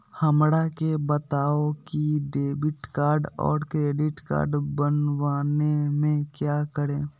हमरा के बताओ की डेबिट कार्ड और क्रेडिट कार्ड बनवाने में क्या करें?